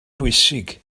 bwysig